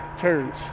turns